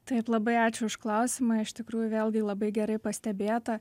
taip labai ačiū už klausimą iš tikrųjų vėlgi labai gerai pastebėta